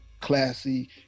classy